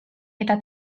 eta